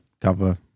cover